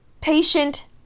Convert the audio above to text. patient